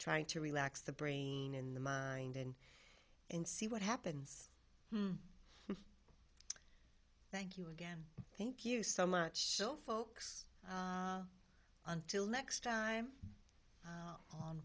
trying to relax the brain in the mind and and see what happens thank you again thank you so much so folks until next time